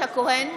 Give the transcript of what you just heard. הכהן,